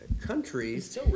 Countries